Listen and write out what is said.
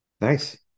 Nice